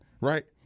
Right